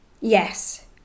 Yes